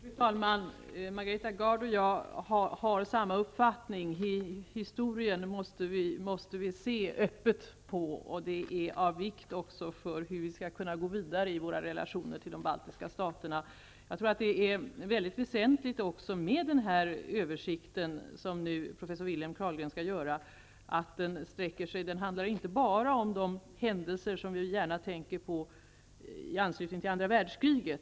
Fru talman! Margareta Gard och jag har samma uppfattning. Man måste vara öppen i fråga om historien, vilket också är viktigt med tanke på hur vi skall kunna gå vidare när det gäller relationerna till de baltiska staterna. Jag tror också att det är mycket väsentligt att den översikt som professor Wilhelm Carlgren skall göra inte bara kommer att gälla de händelser som vi ju gärna tänker på, dvs. händelser som anknyter till andra världskriget.